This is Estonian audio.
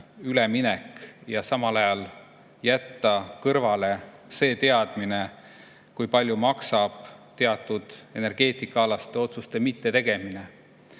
üleminek, ja samal ajal jätta kõrvale see teadmine, kui palju [läheb] maksma teatud energeetikaalaste otsuste mittetegemine.